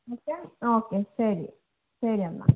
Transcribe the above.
okay okay ശരി ശരിയെന്നാൽ